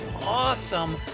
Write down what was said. awesome